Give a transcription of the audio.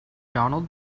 donald